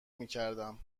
میکردم